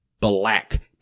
black